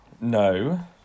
No